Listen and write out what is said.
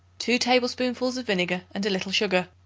two tablespoonfuls of vinegar and a little sugar.